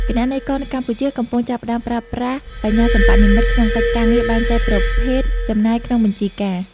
គណនេយ្យករនៅកម្ពុជាកំពុងចាប់ផ្តើមប្រើប្រាស់បញ្ញាសិប្បនិម្មិត ក្នុងកិច្ចការងារបែងចែកប្រភេទចំណាយក្នុងបញ្ជីការ។